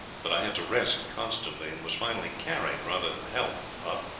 but i had to rest constantly, and was finally carried rather than helped up.